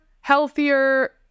healthier